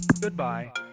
Goodbye